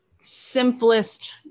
simplest